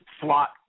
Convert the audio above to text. slot